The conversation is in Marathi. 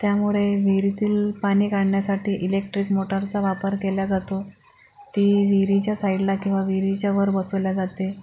त्यामुळे विहिरीतील पाणी काढण्यासाठी इलेक्ट्रिक मोटारचा वापर केला जातो ती विहिरीच्या साईडला किंवा विहिरीच्यावर बसवली जाते